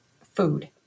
food